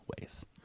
ways